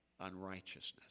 unrighteousness